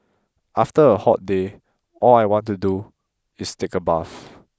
after a hot day all I want to do is take a bath